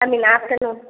I mean afternoon